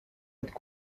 être